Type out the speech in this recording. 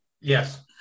yes